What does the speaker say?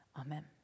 Amen